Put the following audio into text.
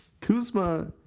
Kuzma